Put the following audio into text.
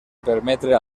permetre